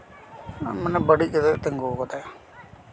ᱢᱟᱱᱮ ᱵᱟᱹᱲᱤᱡ ᱠᱟᱛᱮ ᱛᱤᱸᱜᱩ ᱠᱟᱫᱟᱭ